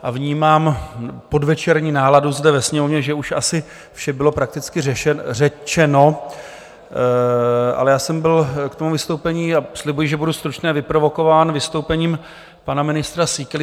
A vnímám podvečerní náladu zde ve sněmovně, že už asi vše bylo prakticky řečeno, ale já jsem byl k tomu vystoupení, a slibuji, že budu stručný, vyprovokován vystoupením pana ministra Síkely.